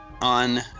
on